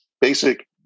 basic